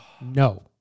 No